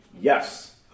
Yes